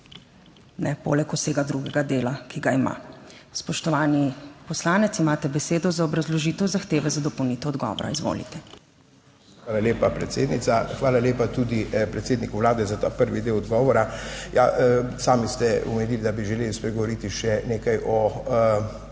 poleg vsega drugega dela, ki ga ima. Spoštovani poslanec, imate besedo za obrazložitev zahteve za dopolnitev odgovora, izvolite. **DUŠAN STOJANOVIČ (PS Svoboda):** Hvala lepa predsednica. Hvala lepa tudi predsedniku Vlade za ta prvi del odgovora. Ja, sami ste omenili, da bi želeli spregovoriti še nekaj o